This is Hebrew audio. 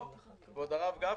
הרב גפני,